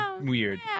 Weird